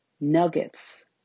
nuggets